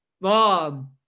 Mom